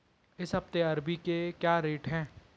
इस हफ्ते अरबी के क्या रेट हैं?